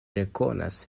rekonas